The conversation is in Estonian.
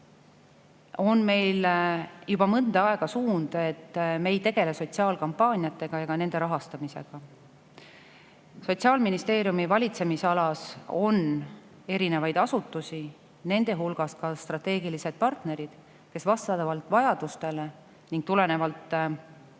on juba mõnda aega suund, et me ei tegele sotsiaalkampaaniatega ega nende rahastamisega. Sotsiaalministeeriumi valitsemisalas on erinevaid asutusi, nende hulgas ka strateegilised partnerid, kes vastavalt vajadustele ning tulenevalt ka heaolu